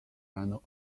final